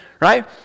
Right